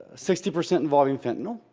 sixty percent involving fentanyl,